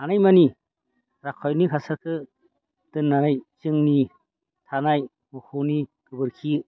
हानाय मानि रासायनिक हासारखौ दोननानै जोंनि थानाय मोसौनि गोबोरखि